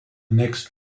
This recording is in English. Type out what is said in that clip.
next